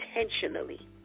intentionally